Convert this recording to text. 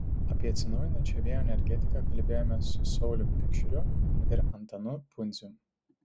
apie atsinaujinančią vėjo energetiką kalbėjome su saulium pikšriu ir antanu pundzium